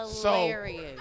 Hilarious